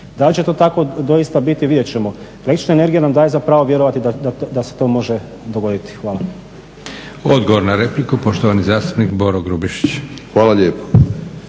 Da li će to tako doista biti, vidjet ćemo. Električna energija nam daje za pravo vjerovati da se to može dogoditi. Hvala. **Leko, Josip (SDP)** Odgovor na repliku, poštovani zastupnik Boro Grubišić. **Grubišić,